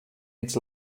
its